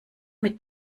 mit